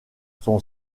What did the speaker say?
son